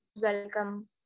welcome